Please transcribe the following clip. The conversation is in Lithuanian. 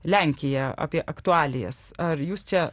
lenkiją apie aktualijas ar jūs čia